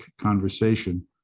conversation